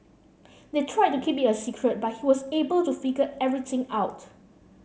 they tried to keep it a secret but he was able to figure everything out